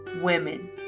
Women